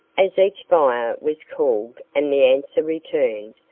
as each fire was called and the answer returned,